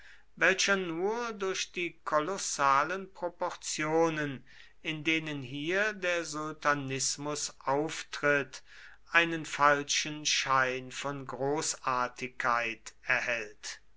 welcher nur durch die kolossalen proportionen in denen hier der sultanismus auftritt einen falschen schein von großartigkeit erhält